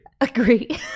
agree